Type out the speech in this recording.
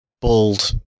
bold